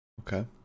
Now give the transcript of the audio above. okay